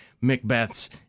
Macbeth's